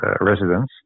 residents